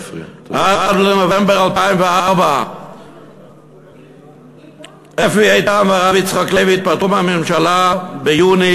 עד לנובמבר 2004. אפי איתם והרב יצחק לוי התפטרו מהממשלה ביוני,